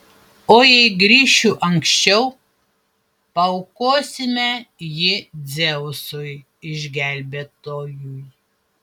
o jei grįšiu anksčiau paaukosime jį dzeusui išgelbėtojui